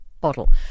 bottle